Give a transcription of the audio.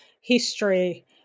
history